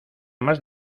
más